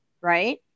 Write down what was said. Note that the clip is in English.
Right